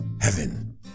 Heaven